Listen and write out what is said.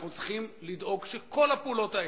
אנחנו צריכים לדאוג שכל הפעולות האלה,